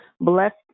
Blessed